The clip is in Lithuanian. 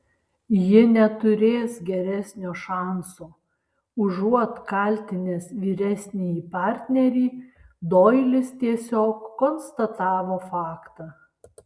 ji neturės geresnio šanso užuot kaltinęs vyresnįjį partnerį doilis tiesiog konstatavo faktą